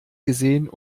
gesehen